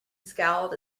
scowled